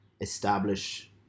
establish